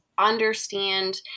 Understand